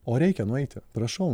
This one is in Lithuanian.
o reikia nueiti prašau